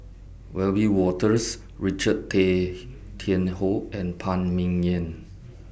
Wiebe Wolters Richard Tay Tian Hoe and Phan Ming Yen